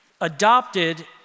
Adopted